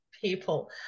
people